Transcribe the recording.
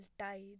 tide